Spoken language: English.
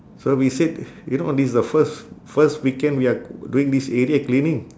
so we said you know this is the first first weekend we are doing this area cleaning